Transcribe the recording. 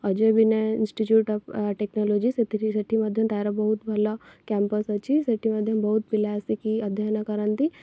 Ajay Binay Institute of Technology ସେଥି ସେଇଠି ମଧ୍ୟ ତା'ର ବହୁତ ଭଲ କ୍ୟାମ୍ପସ୍ ଅଛି ସେଇଠି ମଧ୍ୟ ବହୁତ ପିଲା ଆସିକି ଅଧ୍ୟୟନ କରନ୍ତି